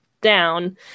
down